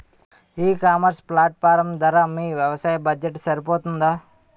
ఈ ecommerce platform ధర మీ వ్యవసాయ బడ్జెట్ సరిపోతుందా?